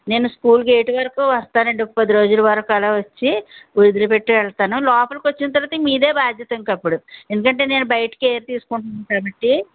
నేను school gate వరకు వస్తానండి కొద్ది రోజుల వరకు అలా వచ్చి వదిలి పెట్టి వెళ్తాను లోపలికొచ్చిన తరువాత ఇంకా మీదే బాధ్యత ఇంకా అప్ప్పుడు ఎందుకంటే నేను బయట కేర్ తీసుకుంటాను కాబట్టి